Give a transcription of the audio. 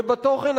ובתוכן,